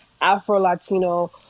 Afro-Latino